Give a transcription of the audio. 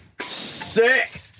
Sick